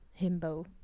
himbo